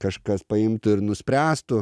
kažkas paimtų ir nuspręstų